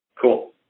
Cool